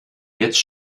jetzt